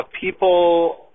people